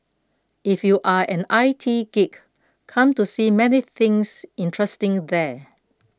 if you are an I T geek come to see many things interesting there